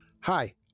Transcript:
Hi